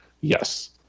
Yes